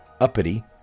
uppity